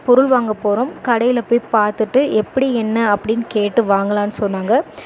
பொருள் வாங்கப் போகிறோம் கடையில் போய் பார்த்துட்டு எப்படி என்ன அப்படினு கேட்டு வாங்கலாம்னு சொன்னாங்க